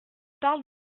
parle